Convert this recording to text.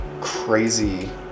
crazy